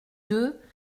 deux